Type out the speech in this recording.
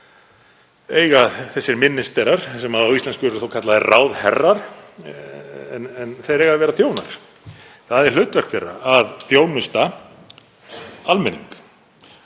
eiga þessir ministerar, sem á íslensku eru kallaðir ráðherrar, að vera þjónar. Það er hlutverk þeirra að þjónusta almenning.